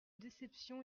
déception